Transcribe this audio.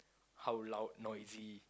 how loud noisy